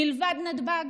מלבד נתב"ג,